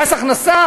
מס הכנסה